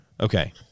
Okay